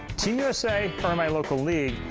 team usa or my local league,